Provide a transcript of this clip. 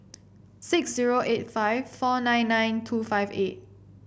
six zero eight five four nine nine two five eight